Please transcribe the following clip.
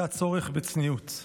זה הצורך בצניעות.